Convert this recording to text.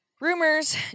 Rumors